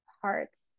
parts